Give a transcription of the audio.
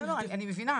לא, אני מבינה.